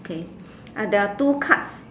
okay ah there are two cards